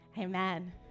Amen